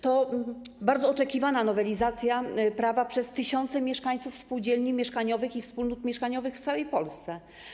To bardzo oczekiwana nowelizacja prawa przez tysiące mieszkańców spółdzielni mieszkaniowych i wspólnot mieszkaniowych w całej Polsce.